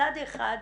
מצד אחד.